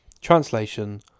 translation